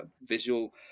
visual